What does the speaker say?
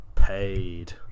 Paid